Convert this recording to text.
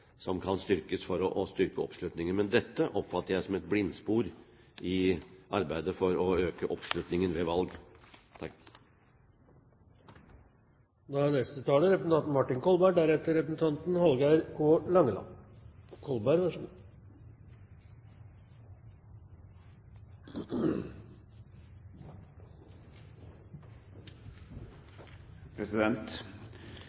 som kan styrkes for å styrke oppslutningen. Men dette oppfatter jeg som et blindspor i arbeidet for å øke oppslutningen ved valg. Det er slik at utgangspunktet for denne saken er